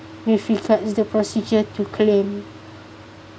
with reflects the procedure to claim